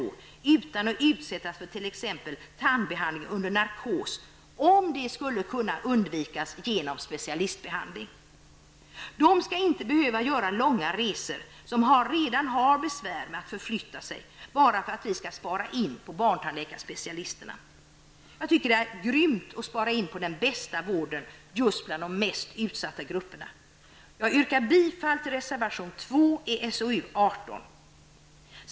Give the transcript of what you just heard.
De skall inte behöva utsättas för t.ex. tandbehandling under narkos om det kan undvikas genom specialistbehandling. De skall inte behöva göra långa resor -- de har ju redan besvär med att förflytta sig -- bara för att vi skall spara in på barntandläkarspecialisterna. Det är grymt att spara in på den bästa vården just bland de mest utsatta grupperna. Jag yrkar bifall till reservation 2 i socialutskottets betänkande 18.